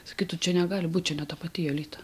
sakytų čia negali būt čia ne ta pati jolita